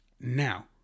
Now